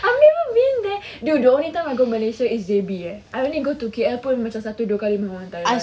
I never been there dude the only time I go malaysia is J_B eh I only go to K_L pun macam satu dua kali